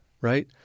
Right